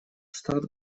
штат